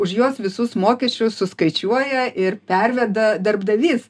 už juos visus mokesčius suskaičiuoja ir perveda darbdavys